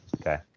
Okay